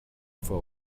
for